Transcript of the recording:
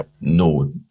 no